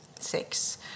Six